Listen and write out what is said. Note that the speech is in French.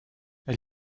elle